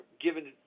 given